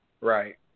right